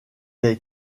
est